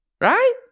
Right